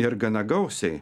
ir gana gausiai